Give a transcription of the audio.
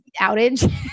outage